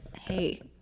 hey